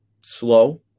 slow